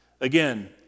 Again